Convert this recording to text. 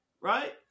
right